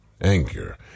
anger